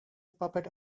puppet